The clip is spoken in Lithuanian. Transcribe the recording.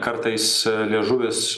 kartais liežuvis